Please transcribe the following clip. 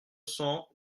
cents